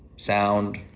sound,